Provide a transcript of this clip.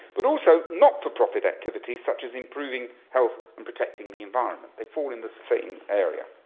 but also not-for-profit activity such as improving health and protecting the environment. they fall in the same area.